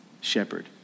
shepherd